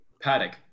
Paddock